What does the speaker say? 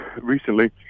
recently